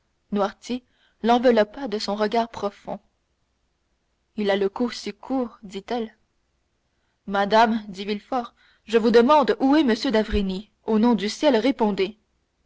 noirtier l'enveloppa de son regard profond il a le cou si court dit-elle madame dit villefort je vous demande où est m d'avrigny au nom du ciel répondez